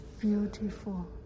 beautiful